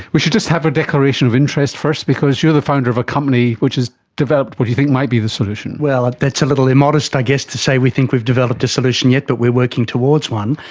we should just have a declaration of interest first because you're the founder of a company which has developed what you think might be the solution. well, that's a little immodest i guess, to say we think we've developed a solution yet, but we are working towards one.